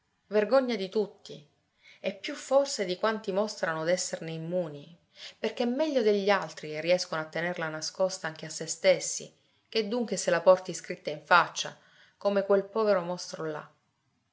vergogna vergogna di tutti e più forse di quanti mostrano d'esserne immuni perché meglio degli altri riescono a tenerla nascosta anche a se stessi che d'un che se la porti scritta in faccia come quel povero mostro là